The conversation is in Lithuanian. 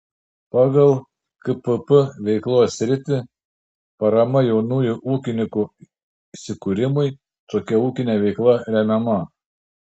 pagal kpp veiklos sritį parama jaunųjų ūkininkų įsikūrimui tokia ūkinė veikla remiama